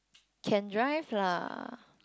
can drive lah